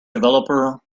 developer